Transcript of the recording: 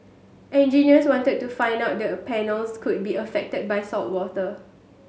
engineers wanted to find out the panels could be affected by saltwater